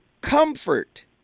comfort